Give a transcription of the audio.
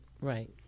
Right